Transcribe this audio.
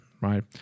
right